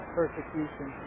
persecution